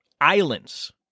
islands